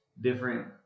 different